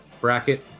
bracket